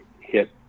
hit